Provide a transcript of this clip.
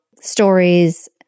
stories